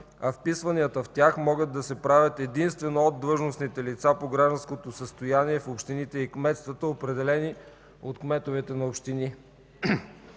а вписванията в тях могат да се правят единствено от длъжностните лица по гражданско състояние в общините и кметствата, определени от кметовете на общини.